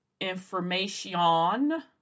information